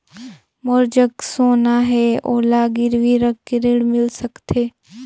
मोर जग सोना है ओला गिरवी रख के ऋण मिल सकथे?